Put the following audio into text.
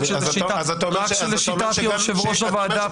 רק שלשיטת יושב-ראש הוועדה,